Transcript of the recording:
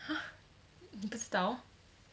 !huh! 你不知道